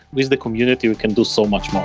with the community, we can do so much much